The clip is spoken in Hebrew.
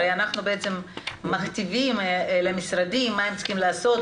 הרי אנחנו מכתיבים למשרדים מה הם צריכים לעשות,